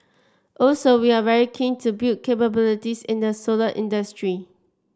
also we are very keen to build capabilities in the solar industry